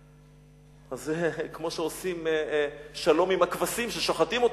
אז זה כמו שעושים שלום עם הכבשים, ששוחטים אותם.